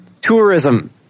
Tourism